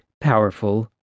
powerful